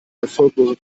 erfolglosen